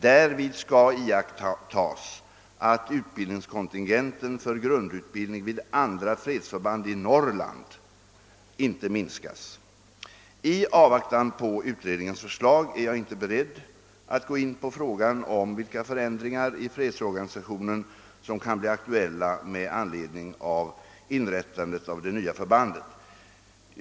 Därvid skall iakttas att utbildningskontingenten för grundutbildning vid andra fredsförband i Norrland inte minskas. I avvaktan på utredningens förslag är jag inte beredd att gå in på frågan om vilka förändringar i fredsorganisatio nen som kan bli aktuella med anledning av inrättandet av det nya förbandet.